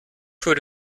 für